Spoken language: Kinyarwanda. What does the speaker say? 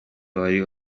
wari